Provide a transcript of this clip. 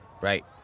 Right